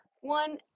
one